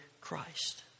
Christ